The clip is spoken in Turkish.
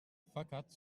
fakat